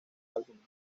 álbumes